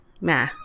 Nah